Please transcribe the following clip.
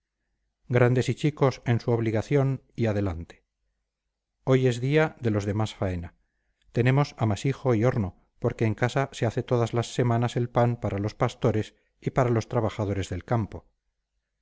grandes y chicos en su obligación y adelante hoy es día de los de más faena tenemos amasijo y horno porque en casa se hace todas las semanas el pan para los pastores y para los trabajadores del campo